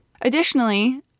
Additionally